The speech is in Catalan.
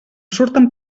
surten